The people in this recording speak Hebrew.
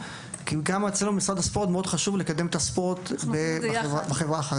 כי גם אצלנו במשרד הספורט חשוב מאוד לקדם את הספורט בחברה החרדית.